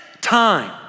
time